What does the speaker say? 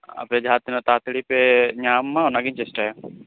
ᱟᱯᱮ ᱡᱟᱦᱟᱸᱛᱤᱱᱟᱹᱜ ᱛᱟᱲᱟ ᱛᱟᱲᱤ ᱯᱮ ᱧᱟᱢ ᱢᱟ ᱚᱱᱟᱜᱤᱧ ᱪᱮᱥᱴᱟᱭᱟ